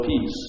peace